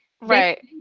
Right